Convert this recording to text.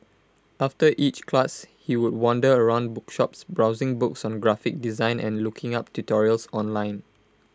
after each class he would wander around bookshops browsing books on graphic design and looking up tutorials online